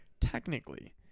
technically